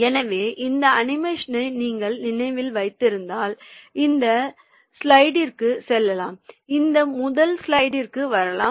எனவே இந்த அனிமேஷனை நீங்கள் நினைவில் வைத்திருந்தால் இந்த ஸ்லைடிற்கு செல்லலாம் இந்த முதல் ஸ்லைடிற்கு வரலாம்